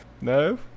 No